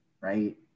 right